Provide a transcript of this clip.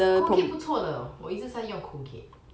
colgate 不错的我一直在用 colgate